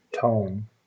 tone